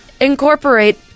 Incorporate